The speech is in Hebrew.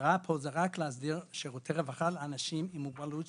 ההגדרה פה היא רק להסדיר שירותי רווחה לאנשים עם מוגבלות,